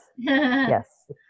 Yes